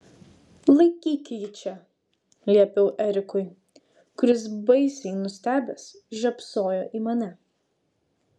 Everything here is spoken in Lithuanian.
laikyk jį čia liepiau erikui kuris baisiai nustebęs žiopsojo į mane